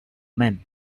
men